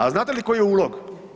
A znate li koji je ulog?